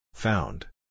Found